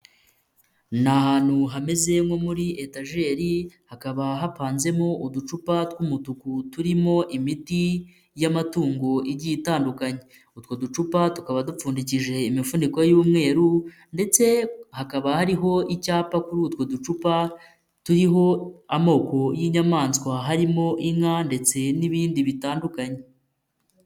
Ni ahantu hameze nko muri etajeri hakaba hapanzemo uducupa tw'umutuku turimo imiti y'amatungo igiye itandukanye, utwo ducupa tukaba dupfundikishije imifuniko y'umweru ndetse hakaba hariho icyapa kuri utwo ducupa turiho amoko y'inyamaswa harimo inka ndetse n'ibindi bitandukanye.